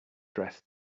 dress